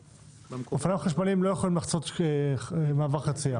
אופניים חשמליים לא יכולים לחצות מעבר חציה.